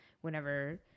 whenever